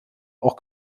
auch